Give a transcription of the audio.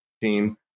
team